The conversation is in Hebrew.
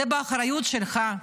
זה באחריות שלך.